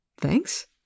thanks